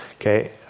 Okay